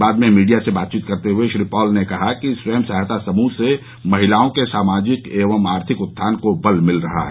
बाद में मीडिया से बातचीत करते हुए श्री पाल ने कहा कि स्वयं सहायता समूह से महिलाओं के सामाजिक एवं आर्थिक उत्थान को बल मिल रहा है